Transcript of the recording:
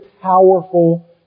powerful